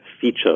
feature